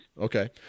Okay